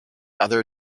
other